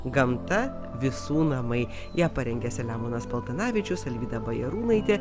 gamta visų namai ją parengė selemonas paltanavičius alvyda bajarūnaitė